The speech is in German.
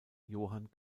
johann